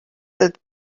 that